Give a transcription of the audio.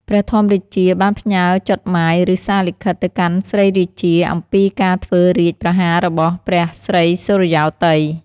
ព្រះធម្មរាជា បានផ្ញើចុតហ្មាយ ឬ សារលិខិត ទៅកាន់ស្រីរាជា អំពីការធ្វើរាជប្រហាររបស់ព្រះស្រីសុរិយោទ័យ។